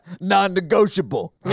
Non-negotiable